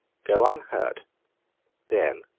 go unhurt then,